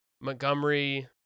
Montgomery